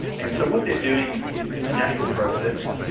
and so what they are doing is a natural process,